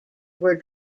were